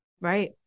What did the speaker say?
Right